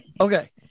Okay